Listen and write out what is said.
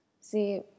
see